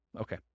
Okay